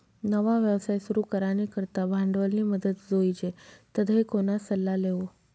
नवा व्यवसाय सुरू करानी करता भांडवलनी मदत जोइजे तधय कोणा सल्ला लेवो